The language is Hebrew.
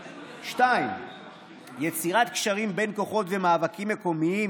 2. יצירת קשרים בין כוחות ומאבקים מקומיים